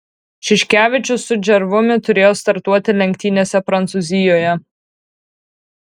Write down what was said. šiškevičius su džervumi turėjo startuoti lenktynėse prancūzijoje